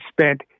spent